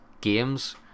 games